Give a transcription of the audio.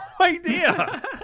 idea